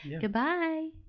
Goodbye